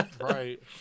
Right